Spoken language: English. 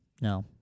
no